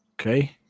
Okay